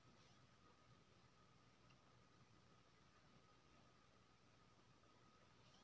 rubber मे पानि नहि जाए पाबै छै अल्काली आ कमजोर एसिड केर प्रभाव परै छै